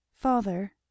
Father